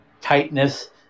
tightness